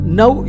now